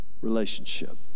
relationship